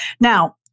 Now